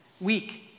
weak